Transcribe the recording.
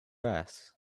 grass